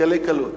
בקלי קלות.